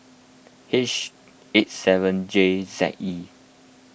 H eight seven J Z E